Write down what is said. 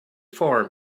farm